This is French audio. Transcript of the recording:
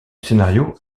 scénario